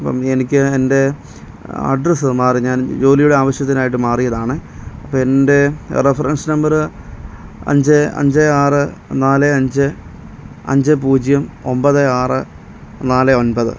അപ്പം എനിക്ക് എന്റെ അഡ്രസ്സ് മാറി ഞാൻ ജോലിയുടെ ആവശ്യത്തിനായിട്ട് മാറിയതാണേ അപ്പം എന്റെ റെഫറൻസ് നമ്പർ അഞ്ച് അഞ്ച് ആറ് നാല് അഞ്ച് അഞ്ച് പൂജ്യം ഒമ്പത് ആറ് നാല് ഒൻപത്